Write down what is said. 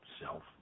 self